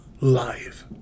life